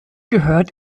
gehört